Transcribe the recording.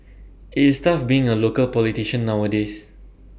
IT is tough being A local politician nowadays